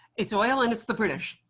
it's oil, and it's the british.